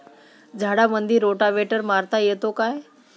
झाडामंदी रोटावेटर मारता येतो काय?